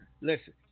listen